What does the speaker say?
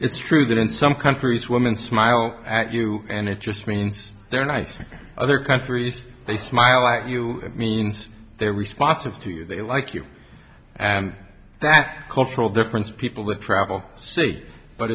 it's true that in some countries women smile at you and it just means they're nice from other countries they smile at you means they're responsive to you they like you and that cultural difference people with travel see but